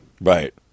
Right